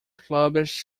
published